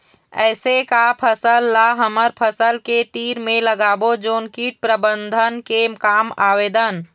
ऐसे का फसल ला हमर फसल के तीर मे लगाबो जोन कीट प्रबंधन के काम आवेदन?